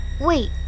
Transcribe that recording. Wait